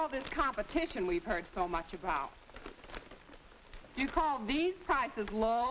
all this competition we've heard so much about you call these prizes l